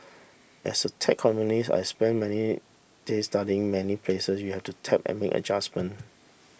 as a tech columnist I spent many days studying many place you have to tap and make adjustment